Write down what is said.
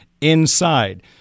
inside